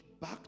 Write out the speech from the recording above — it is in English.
back